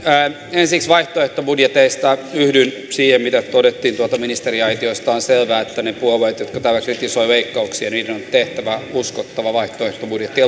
ensiksi vaihtoehtobudjeteista yhdyn siihen mitä todettiin tuolta ministeriaitiosta on selvää että niiden puolueiden jotka täällä kritisoivat leikkauksia on tehtävä uskottava vaihtoehtobudjetti